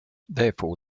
therefore